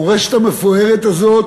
המורשת המפוארת הזאת